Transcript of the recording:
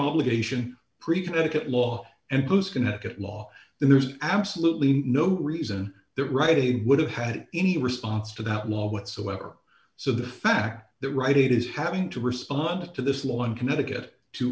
obligation pretty connecticut law and goes connecticut law there's absolutely no reason that right he would have had any response to that law whatsoever so the fact that right it is having to respond to this law in connecticut to